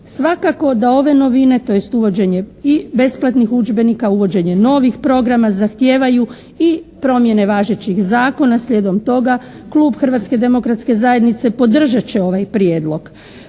Svakako da ove novine tj. uvođenje i besplatnih udžbenika, uvođenje novih programa zahtijevaju i promjene važećih zakona. Slijedom toga klub Hrvatske demokratske zajednice podržat će ovaj prijedlog.